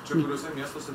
čia kokiuose miestuose